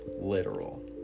literal